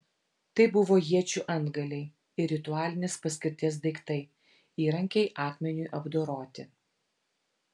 tai buvo iečių antgaliai ir ritualinės paskirties daiktai įrankiai akmeniui apdoroti